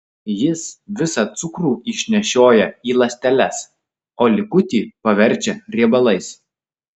jis visą cukrų išnešioja į ląsteles o likutį paverčia riebalais